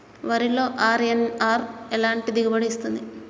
వరిలో అర్.ఎన్.ఆర్ ఎలాంటి దిగుబడి ఇస్తుంది?